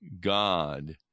God